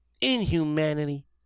inhumanity